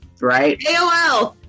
right